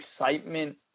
excitement